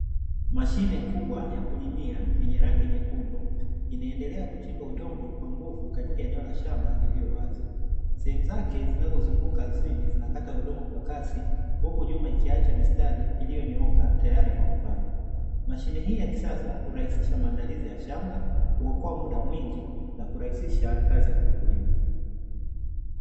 Mashine kubwa ya kulimia yenye rangi nyekundu inaendelea kuchimba udongo kwa nguvu katika eneo la shamba lililowazi. Sehemu zake zinazunguka ardhini zinakata udongo kwa kasi huku nyuma inaacha mistari iliyonyooka tayari kwa kupandwa. Mashine hii ya kisasa hurahisisha maandalizi ya shamba, huokoa muda mwingi na urahisisha kazi kwa mkulima.